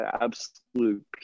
absolute